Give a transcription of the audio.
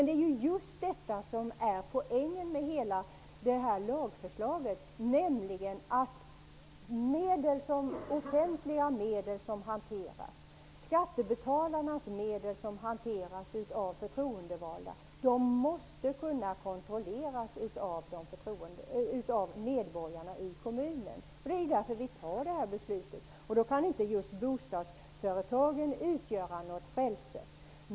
Det är just detta som är poängen med hela lagförslaget: offentliga medel, skattebetalarnas medel, som hanteras av förtroendevalda måste kunna kontrolleras av medborgarna i kommunen. Det är därför vi fattar det här beslutet. Då kan inte just bostadsföretagen utgöra något frälse.